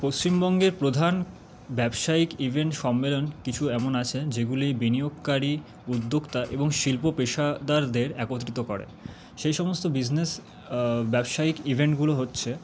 পশ্চিমবঙ্গের প্রধান ব্যবসায়িক ইভেন্ট সম্মেলন কিছু এমন আছে যেগুলি বিনিয়োগকারি উদ্যোক্তা এবং শিল্প পেশাদারদের একত্রিত করে সেই সমস্ত বিজনেস ব্যবসায়িক ইভেন্টগুলো হচ্ছে